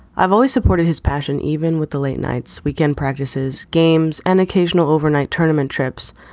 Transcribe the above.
i've always supported his passion, even with the late nights, weekend practices, games and occasional overnight tournament trips.